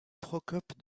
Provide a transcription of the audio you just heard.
procope